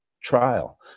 trial